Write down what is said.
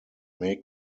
may